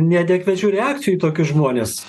neadekvačių reakcijų į tokius žmones